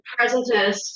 presentist